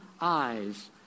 eyes